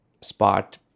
spot